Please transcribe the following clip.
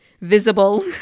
visible